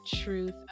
truth